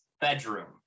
bedroom